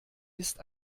ist